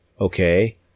Okay